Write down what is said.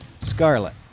scarlet